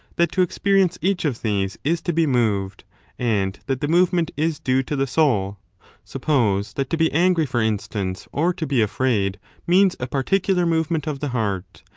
that to experience each of these is to be moved and that the movement is due to the soul suppose that to be angry, for instance, or to be afraid means a particular movement of the heart,